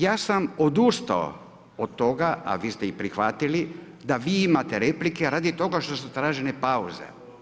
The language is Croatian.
Ja sam odustao od toga, a vi ste i prihvatili da vi imate replike radi što su tražene pauze.